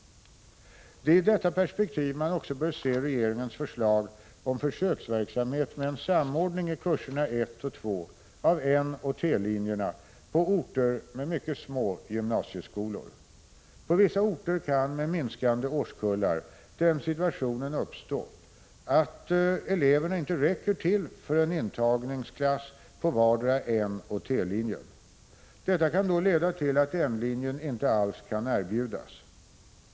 Det är i detta perspektiv man också bör se regeringens förslag om försöksverksamhet med en samordning i årskurserna 1 och 2 av N och T-linjerna på orter med mycket små gymnasieskolor. På vissa orter kan med minskande årskullar den situationen uppstå att eleverna inte räcker till för en intagningsklass på vardera N och T-linjen. Detta kan då leda till att N-linjen inte alls kan erbjudas.